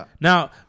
Now